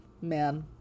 Man